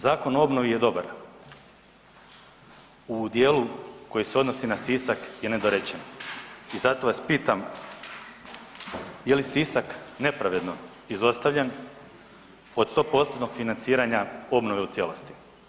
Zakon o obnovi je dobar, u dijelu koji se odnosi na Sisak je nedorečen i zato vas pitam je li Sisak nepravedno izostavljen od 100% financiranja obnove u cijelosti?